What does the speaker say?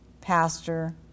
pastor